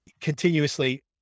continuously